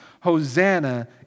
Hosanna